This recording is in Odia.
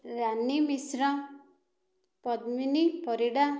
ରାନୀ ମିଶ୍ର ପଦ୍ମିନୀ ପରିଡ଼ା